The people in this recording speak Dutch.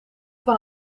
van